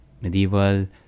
medieval